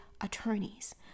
attorneys